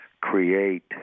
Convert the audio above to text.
create